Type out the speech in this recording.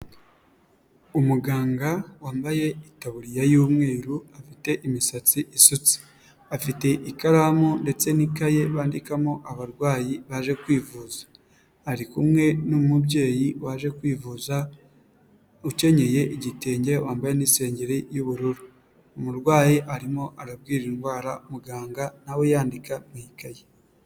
Umuganga wambaye itaburiya y'umweru afite imisatsi isutse, afite ikaramu ndetse n'ikayi bandikamo abarwayi baje kwivuza, ari kumwe n'umubyeyi waje kwivuza ukenyeye igitenge wambaye n'insengeri y'ubururu, umurwayi arimo arabwira indwara muganga nawe yandika mu ikaye.